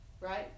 right